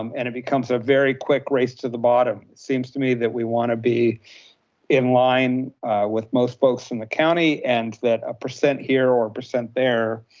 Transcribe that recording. um and it becomes a very quick race to the bottom, seems to me that we wanna be in line with most folks in the county and that a percent here or percent there,